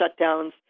shutdowns